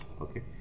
Okay